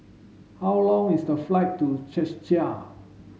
how long is the flight to Czechia